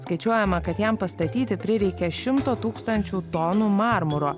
skaičiuojama kad jam pastatyti prireikė šimto tūkstančių tonų marmuro